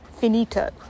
finito